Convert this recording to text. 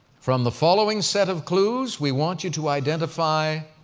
from the following set of clues, we want you to identify